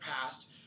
past